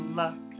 luck